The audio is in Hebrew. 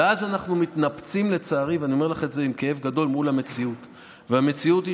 ואז אנחנו מתנפצים, לצערי, מול המציאות,